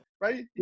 Right